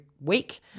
week